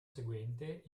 seguente